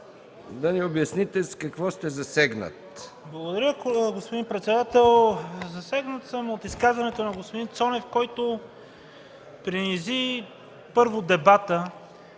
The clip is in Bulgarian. да ни обясните с какво сте засегнат. СТАНИСЛАВ ИВАНОВ (ГЕРБ): Благодаря, господин председател. Засегнат съм от изказването на господин Цонев, който принизи първо дебата...